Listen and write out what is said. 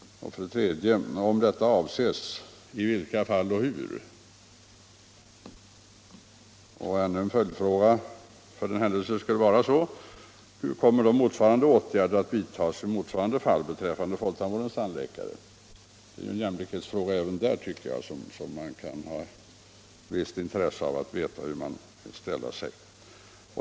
3. Om detta avses — i vilka fall och hur? Ännu en följdfråga för den händelse det skulle vara aktuellt med åtgärder. Hur kommer åtgärderna att vidtas i motsvarande fall beträffande folktandvårdens tandläkare? Det är en jämlikhetsfråga, tycker jag, där man kan ha visst intresse av att få veta hur regeringen ställer sig.